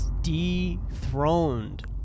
dethroned